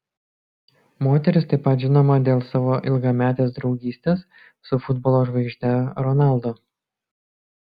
moteris taip pat žinoma dėl savo ilgametės draugystės su futbolo žvaigžde ronaldo